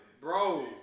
Bro